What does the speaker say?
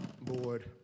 board